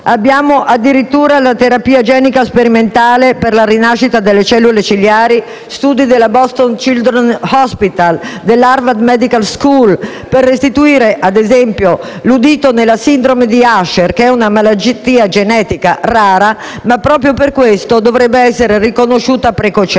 Abbiamo addirittura la terapia genica sperimentale per la rinascita delle cellule ciliate, studi del Boston Children's Hospital, della Harvard medical school per restituire ad esempio l'udito nella sindrome di Usher, che è una malattia genetica rara, ma che proprio per questo dovrebbe essere riconosciuta precocemente.